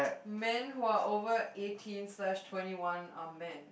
men who are over eighteen slash twenty one are men